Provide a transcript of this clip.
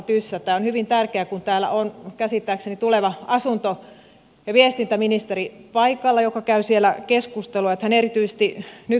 on hyvin tärkeää kun täällä on käsittääkseni paikalla tuleva asunto ja viestintäministeri joka käy siellä keskustelua että hän erityisesti nyt kuuntelee